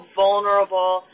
vulnerable